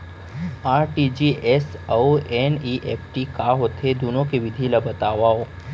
RTGS अऊ NEFT का होथे, दुनो के विधि ला बतावव